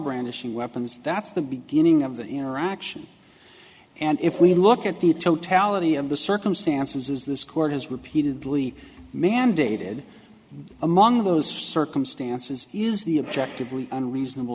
brandishing weapons that's the beginning of the interaction and if we look at the totality of the circumstances is this court has repeatedly mandated among those circumstances is the objective or unreasonable